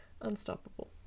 unstoppable